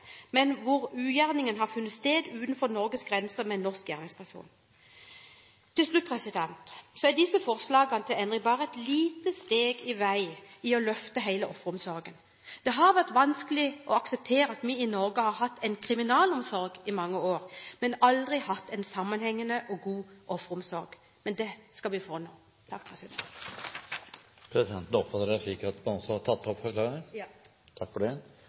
men hvor ugjerningen har funnet sted utenfor Norges grenser, men med norsk gjerningsperson. Til slutt: Disse forslagene til endring er bare et lite steg på veien i å løfte hele offeromsorgen. Det har vært vanskelig å akseptere at vi i Norge har hatt en kriminalomsorg i mange år, men aldri hatt en sammenhengende og god offeromsorg. Men det skal vi få nå. Presidenten oppfatter det slik at representanten også har tatt opp